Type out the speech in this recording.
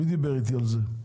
מי דיבר איתי על זה?